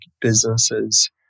businesses